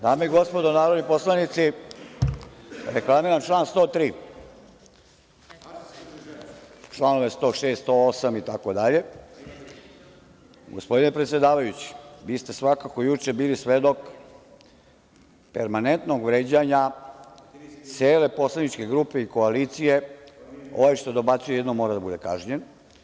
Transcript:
Dame i gospodo narodni poslanici, reklamiram član 103. čl. 106, 108. itd. gospodine predsedavajući, vi ste svakako juče bili svedok permanentnog vređanja cele poslaničke grupe i koalicije… (Narodni poslanik Zoran Krasić dobacuje.) Ovaj što dobacuje jednom bi morao da bude kažnjen.